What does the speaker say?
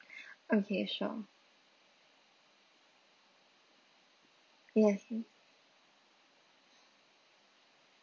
okay sure yes